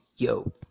Yo